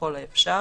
ככל האפשר,